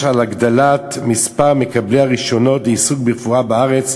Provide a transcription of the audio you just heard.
בהגדלת מספר מקבלי הרישיונות לעיסוק ברפואה בארץ,